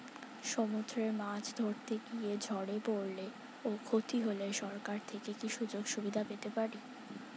সমুদ্রে মাছ ধরতে গিয়ে ঝড়ে পরলে ও ক্ষতি হলে সরকার থেকে কি সুযোগ সুবিধা পেতে পারি?